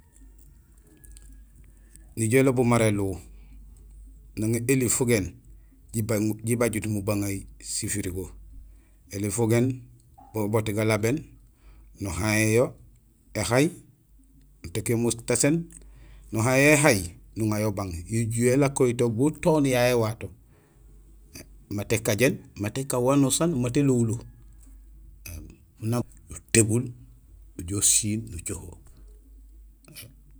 Nijool ilobul mara éluw. Nang éli fubéén, jibajut mubaŋay sifirigo. Ēli fugéén bo boot galabéén, nuhayéén yo éhay, nutéék yo muyaséén, nuhayin yo éhay, nuŋayo ubang. Ējuhé élakoyito bu toon yayé éwato maat ékajéén, mat ékaan wanusaan, mat élowulo. Nak utébul nujoow usiil nucoho.